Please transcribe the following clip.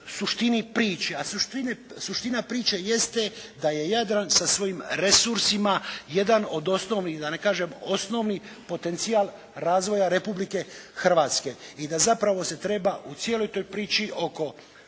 suštini priče, a suština priče jeste da je Jadran sa svojim resursima jedan od osnovnih da ne kažem osnovni potencijal razvoja Republike Hrvatske. I da zapravo se treba u cijeloj toj priči oko